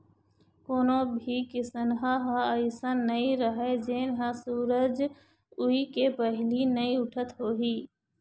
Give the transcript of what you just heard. कोनो भी किसनहा ह अइसन नइ राहय जेन ह सूरज उए के पहिली नइ उठत होही